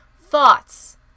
thoughts